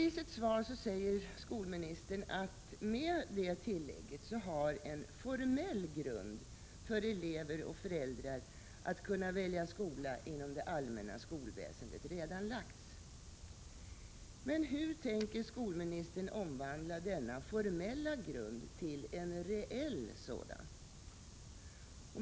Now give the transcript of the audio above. I sitt svar säger skolministern att det med detta tillägg redan har lagts en formell grund för elever och föräldrar att kunna välja skola inom det allmänna skolväsendet. Men hur tänker skolministern omvandla denna formella grund till en reell sådan?